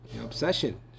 obsession